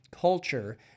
culture